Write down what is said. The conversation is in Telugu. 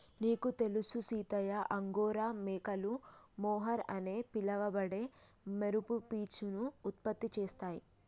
నీకు తెలుసు సీతయ్య అంగోరా మేకలు మొహర్ అని పిలవబడే మెరుపు పీచును ఉత్పత్తి చేస్తాయి